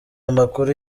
amakuru